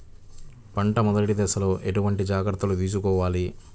పంట మెదటి దశలో ఎటువంటి జాగ్రత్తలు తీసుకోవాలి?